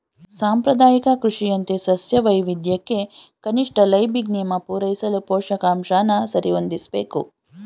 ಸಾಂಪ್ರದಾಯಿಕ ಕೃಷಿಯಂತೆ ಸಸ್ಯ ವೈವಿಧ್ಯಕ್ಕೆ ಕನಿಷ್ಠ ಲೈಬಿಗ್ ನಿಯಮ ಪೂರೈಸಲು ಪೋಷಕಾಂಶನ ಸರಿಹೊಂದಿಸ್ಬೇಕು